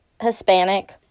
Hispanic